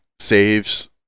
Saves